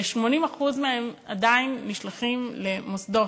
80% מהם עדיין נשלחים למוסדות,